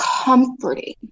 comforting